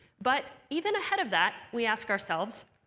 but even ahead of that, we ask ourselves,